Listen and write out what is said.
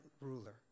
ruler